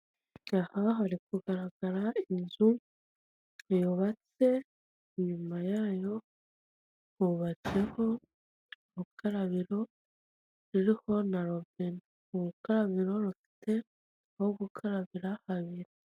Aha hari kugaragara inzu yubatse, inyuma yayo hubatseho urukarabiro ruriho na robine. Urukarabiro rufite aho gukarabira habiri.